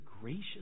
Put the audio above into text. gracious